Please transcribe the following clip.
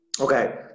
Okay